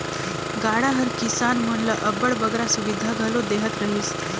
गाड़ा हर किसान मन ल अब्बड़ बगरा सुबिधा घलो देहत रहिस